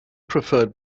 preferred